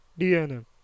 DNA